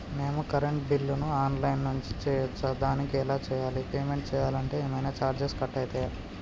మేము కరెంటు బిల్లును online నుంచి చేయచ్చా? దానికి ఎలా చేయాలి? పేమెంట్ చేయాలంటే ఏమైనా చార్జెస్ కట్ అయితయా?